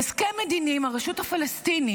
הסכם מדיני עם הרשות הפלסטינית,